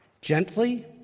Gently